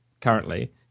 currently